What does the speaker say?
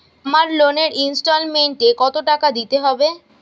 আমার লোনের ইনস্টলমেন্টৈ কত টাকা দিতে হবে?